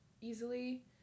easily